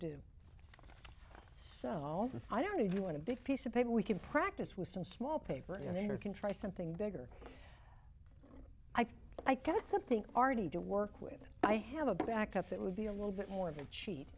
do so i don't even want a big piece of paper we can practice with some small paper and there can try something bigger i got something arty to work with i have a back up it would be a little bit more of a cheat